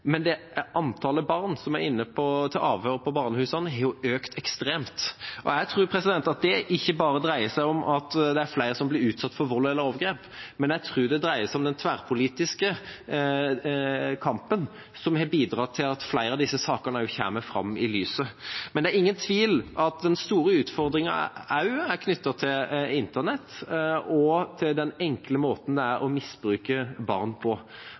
men antallet barn som er inne til avhør på barnehusene, har økt ekstremt. Jeg tror at det ikke bare dreier seg om at det er flere som blir utsatt for vold eller overgrep, men at det dreier seg om den tverrpolitiske kampen som har bidratt til at flere av disse sakene også kommer fram i lyset. Men det er ingen tvil om at den store utfordringen også er knyttet til internett og til den enkle måten det er å misbruke barn på.